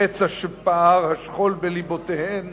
הפצע שפער השכול בלבותיהן